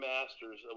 Masters